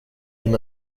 him